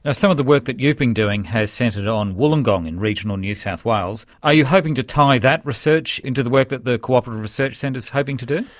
ah some of the work that you've been doing has centred on wollongong in regional new south wales. are you hoping to tie that research into the work that the cooperative research centre is hoping to do?